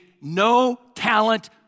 no-talent